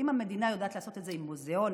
ואם המדינה יודעת לעשות את זה עם מוזיאונים,